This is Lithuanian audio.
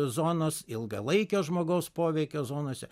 zonos ilgalaikio žmogaus poveikio zonose